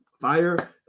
Fire